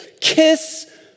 Kiss